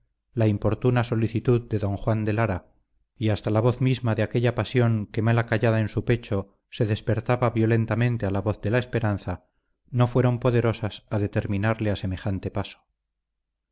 la importuna solicitud de don juan de lara y hasta la voz misma de aquella pasión que mal acallada en su pecho se despertaba violentamente a la voz de la esperanza no fueron poderosas a determinarle a semejante paso